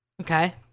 Okay